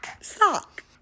Sock